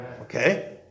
Okay